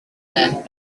that